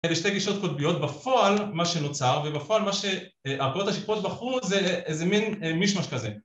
‫אלה שתי גישות קוטביות. ‫בפועל, מה שנוצר, ‫ובפועל, מה שהערכאות השיפוטיות ‫בחרו, זה איזה מין מישמש כזה.